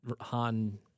han